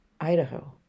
Idaho